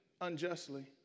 unjustly